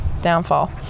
downfall